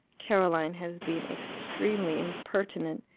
caroline has been extremely impertinent.